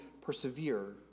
persevere